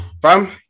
fam